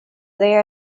there